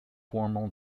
formal